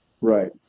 right